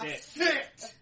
Sit